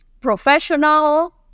Professional